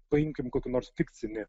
paimkim kokį nors fikcinį